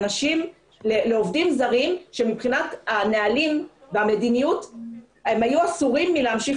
עובדים זרים שמבחינת הנהלים והמדיניות היה אסור להם להמשיך